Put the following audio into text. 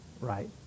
right